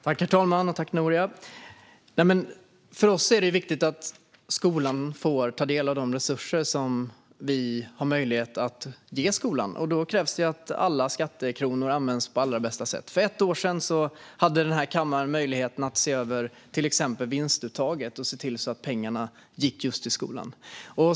Herr talman! Tack, Noria! För oss är det viktigt att skolan får ta del av de resurser som vi har möjlighet att ge skolan. Då krävs det att alla skattekronor används på allra bästa sätt. För ett år sedan hade kammaren möjligheten att se över till exempel vinstuttaget och att se till att pengarna gick just till skolan.